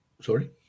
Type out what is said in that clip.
Sorry